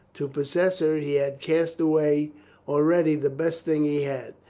to possess her he had cast away already the best thing he had.